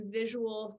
visual